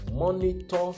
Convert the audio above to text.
Monitor